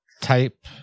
type